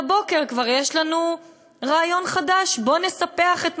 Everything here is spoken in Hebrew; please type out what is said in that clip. והבוקר כבר יש לנו רעיון חדש: בואו נספח את מעלה-אדומים.